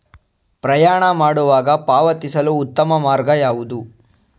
ಪ್ರಯಾಣ ಮಾಡುವಾಗ ಪಾವತಿಸಲು ಉತ್ತಮ ಮಾರ್ಗ ಯಾವುದು?